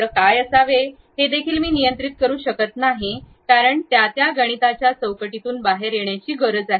केंद्र काय असावे हे देखील मी नियंत्रित करू शकत नाही कारण त्या त्या गणिताच्या चौकटीतून बाहेर येण्याची गरज आहे